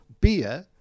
beer